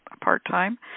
part-time